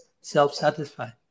self-satisfied